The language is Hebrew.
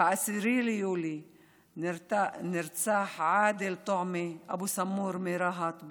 ב-10 ביולי נרצח עאדל טועמה אבו סמור מרהט,